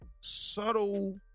subtle